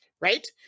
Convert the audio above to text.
Right